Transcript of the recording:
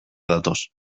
datoz